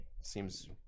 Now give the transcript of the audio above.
Seems